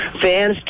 fans